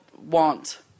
want